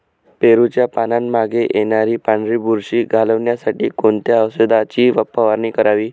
पेरूच्या पानांमागे येणारी पांढरी बुरशी घालवण्यासाठी कोणत्या औषधाची फवारणी करावी?